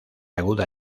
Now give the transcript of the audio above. aguda